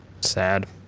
sad